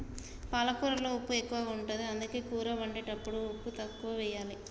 పాలకూరలో ఉప్పు ఎక్కువ ఉంటది, అందుకే కూర వండేటప్పుడు ఉప్పు తక్కువెయ్యాలి